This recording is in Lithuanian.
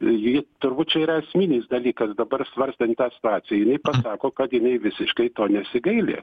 ji turbūt čia yra esminis dalykas dabar svarstant tą situaciją jinai pasako kad jinai visiškai to nesigaili